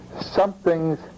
Something's